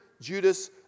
Judas